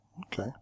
Okay